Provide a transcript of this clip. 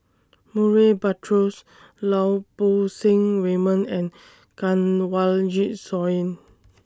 Murray Buttrose Lau Poo Seng Raymond and Kanwaljit Soin